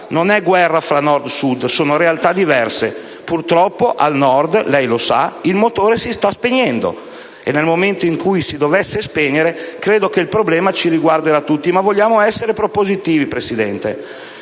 una guerra fra Nord e Sud, ma queste sono realtà diverse. Purtroppo al Nord, e lei lo sa, il motore si sta spegnendo e nel momento in cui si dovesse spegnere il problema ci riguarderà tutti. Ma vogliamo essere propositivi, signor Presidente.